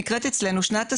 שנקראת אצלנו שנת הסטודנט,